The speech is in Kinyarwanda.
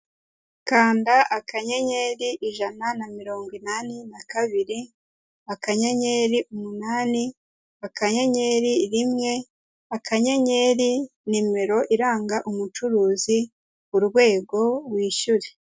Kanda akanyenyeri ijana na mirongo inani na kabiri, akanyenyeri umunani, akanyenyeri rimwe, akanyenyeri nimero iranga umucuruzi, urwego, wishyure.